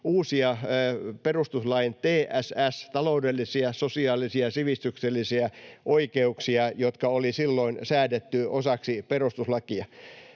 uusia perustuslain TSS-oikeuksia — taloudellisia, sosiaalisia ja sivistyksellisiä oikeuksia — jotka oli silloin säädetty osaksi perustuslakia.